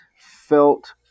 felt